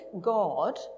God